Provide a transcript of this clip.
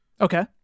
Okay